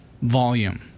Volume